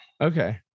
Okay